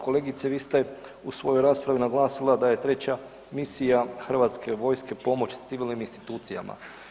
Kolegice, vi ste u svojoj raspravi naglasila da je treća misija hrvatske vojske pomoć civilnim institucijama.